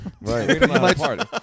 Right